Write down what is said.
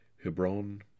Hebron